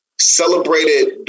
celebrated